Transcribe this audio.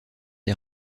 des